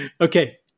Okay